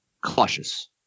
cautious